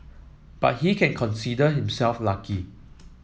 but he can consider himself lucky